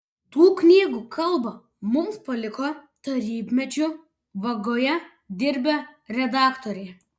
tų knygų kalbą mums paliko tarybmečiu vagoje dirbę redaktoriai